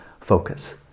focus